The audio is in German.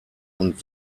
und